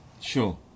Sure